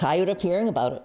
tired of hearing about